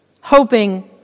hoping